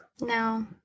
no